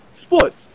Sports